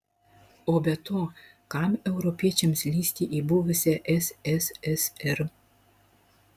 o be to kam europiečiams lįsti į buvusią sssr